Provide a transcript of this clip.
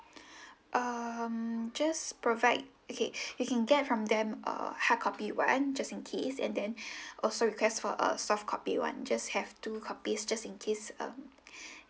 um just provide okay you can get from them a hardcopy [one] just in case and then also request for a softcopy [one] just have two copies just in case um